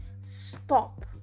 stop